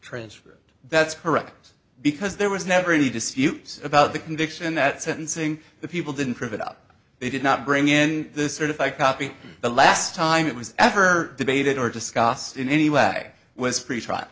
transcript that's correct because there was never any dispute about the conviction that sentencing the people didn't prove it up they did not bring in the certified copy the last time it was ever debated or discussed in any way was prescribed